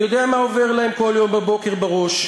אני יודע מה עובר להם כל יום בבוקר בראש.